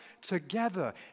together